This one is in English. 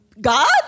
God